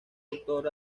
doctor